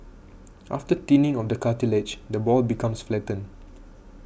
after thinning of the cartilage the ball becomes flattened